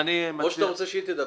או שאתה רוצה שהיא תדבר?